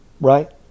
right